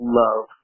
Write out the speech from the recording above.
love